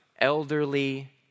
elderly